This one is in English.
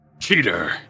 Cheater